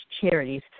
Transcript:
charities